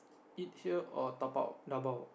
eat here or dabao dabao